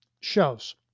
shows